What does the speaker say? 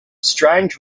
strange